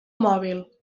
mòbil